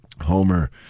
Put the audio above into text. Homer